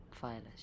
Violet